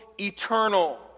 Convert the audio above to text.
eternal